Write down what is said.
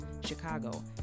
Chicago